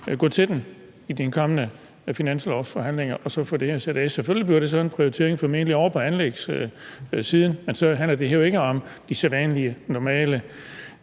gå til den i de kommende finanslovsforhandlinger og så få sat penge af til det her. Selvfølgelig bliver der så en prioritering, formentlig ovre på anlægssiden, men så handler det her jo ikke om de sædvanlige, normale